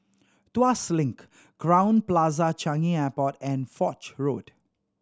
Tuas Link Crowne Plaza Changi Airport and Foch Road